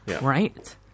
Right